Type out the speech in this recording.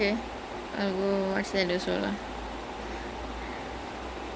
there's a there's a amazing we should we should watch it it's on Prime also